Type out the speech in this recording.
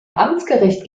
amtsgericht